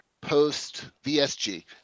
post-VSG